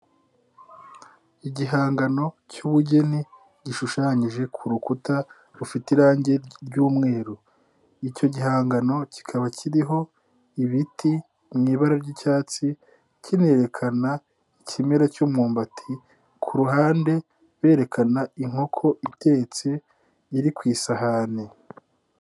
Igihangano cy'ubugeni gishushanyije ku rukuta rufite irangi ry'umweru. Icyo gihangano kikaba kiriho ibiti mu ibara ry'icyatsi, kinerekana ikimera cy'umbati, ku ruhande berekana inkoko itetse, iri ku isahani.